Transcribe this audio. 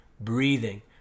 breathing